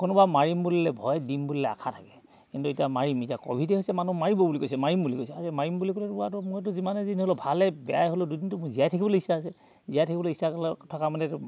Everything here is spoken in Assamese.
কোনোবা মাৰিম বুলিলে ভয় দিম বুলিলে আশা থাকে কিন্তু এতিয়া মাৰিম এতিয়া ক'ভিডে হৈছে মানুহ মাৰিব বুলি কৈছে মাৰিম বুলি কৈছে আৰে মাৰিম বুলি ক'লেতো ৰুৱাটো মইতো যিমানেই যি নহ'লেও ভালেই বেয়াই হ'লেও দুদিনতো মোৰ জীয়াই থাকিবলৈ ইচ্ছা আছে জীয়াই থাকিবলৈ ইচ্ছা ক'লে থকা মানে